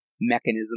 mechanism